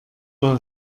war